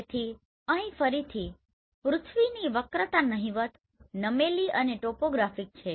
તેથી અહીં ફરીથી પૃથ્વીની વક્રતા નહિવત નમેલી અને ટોપોગ્રાફિક છે